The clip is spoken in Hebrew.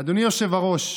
אדוני היושב-ראש,